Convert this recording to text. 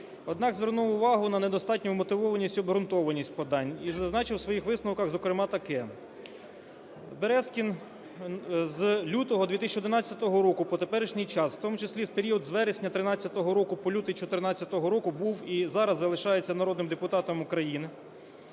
однак звернув увагу на недостатню вмотивованість і обґрунтованість подань і зазначив в своїх висновках зокрема таке. Березкін з лютого 2011 року по теперішній час, в тому числі в період з вересня 13-го року по лютий 14-го року, був і зараз залишається народним депутатом України.